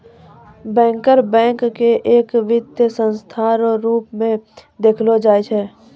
banker bank के एक वित्तीय संस्था रो रूप मे देखलो जाय छै